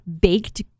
baked